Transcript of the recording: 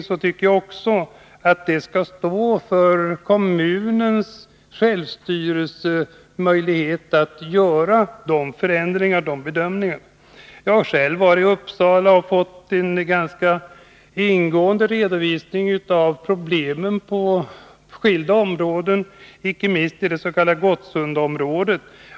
Jag tycker att det skall stå för kommunens självstyrelsemöjlighet att göra sådana förändringar och bedömningar. Jag har själv varit i Uppsala och fått en ganska ingående redovisning av problemen på skilda områden, icke minst i det s.k. Gottsundaområdet.